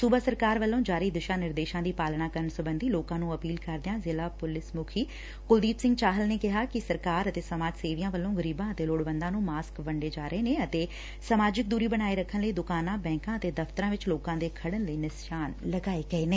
ਸੁਬਾ ਸਰਕਾਰ ਵੱਲੋਂ ਜਾਰੀ ਦਿਸ਼ਾ ਨਿਰਦੇਸ਼ਾਂ ਦੀ ਪਾਲਣਾ ਕਰਨ ਸਬੰਧੀ ਲੋਕਾਂ ਨੂੰ ਅਪੀਲ ਕਰਦਿਆਂ ਜ਼ਿਲਾ ਪੁਲਿਸ ਮੁਖੀ ਕੁਲਦੀਪ ਸਿੰਘ ਚਾਹਲ ਨੇ ਕਿਹਾ ਕਿ ਸਰਕਾਰ ਅਤੇ ਸਮਾਜ ਸੇਵੀਆਂ ਵਲੋਂ ਗਰੀਬਾਂ ਅਤੇ ਲੋੜਵੰਦਾਂ ਨੂੰ ਮਾਸਕ ਵੰਡ ਰਹੇ ਨੇ ਅਤੇ ਸਮਾਜਕ ਦੂਰੀ ਬਣਾਏ ਰੱਖਣ ਲਈ ਦੁਕਾਨਾਂ ਬੈਂਕਾਂ ਅਤੇ ਦਫਤਰਾਂ ਵਿਚ ਲੋਕਾਂ ਦੇ ਖੜੁਨ ਲਈ ਨਿਸ਼ਾਨ ਲਗਾਏ ਗਏ ਨੇ